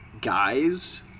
Guys